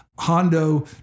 Hondo